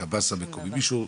הקב״ס המקומי, מישהו?